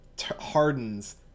hardens